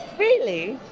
really?